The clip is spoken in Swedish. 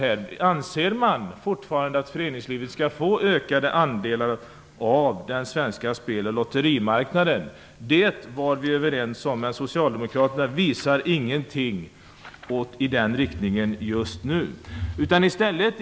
Anser Socialdemokraterna fortfarande att föreningslivet skall få ökade andelar av den svenska spel och lotterimarknaden? Det var vi överens om, men Socialdemokraterna ger just nu inte uttryck för någonting i den riktningen.